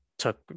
took